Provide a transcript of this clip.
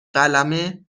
قلمه